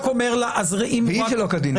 זו היא שנמצאת שלא כדין.